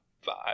five